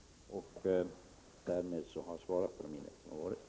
Därmed har jag svarat på de inlägg som har gjorts.